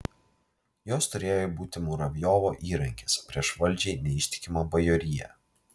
jos turėjo būti muravjovo įrankis prieš valdžiai neištikimą bajoriją